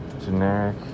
generic